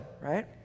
right